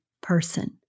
person